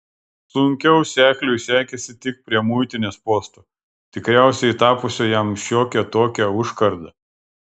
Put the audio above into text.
sunkiau sekliui sekėsi tik prie muitinės posto tikriausiai tapusio jam šiokia tokia užkarda